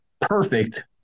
perfect